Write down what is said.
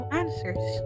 answers